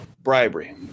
bribery